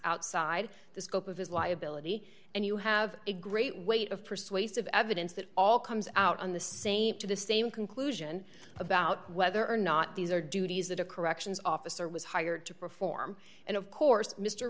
outside the scope of his liability and you have a great weight of persuasive evidence that all comes out on the same to the same conclusion about whether or not these are duties that a corrections officer was hired to perform and of course mr